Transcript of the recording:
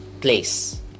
place